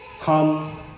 come